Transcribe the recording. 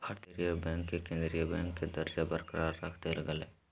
भारतीय Reserve Bank के केंद्रीय बैंक के दर्जा बरकरार रख देल गेलय